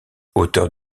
auteur